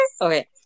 okay